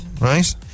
right